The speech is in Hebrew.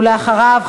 ואחריו,